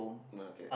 uh okay